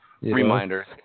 reminders